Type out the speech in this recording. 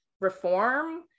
reform